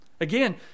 Again